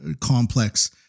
complex